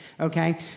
okay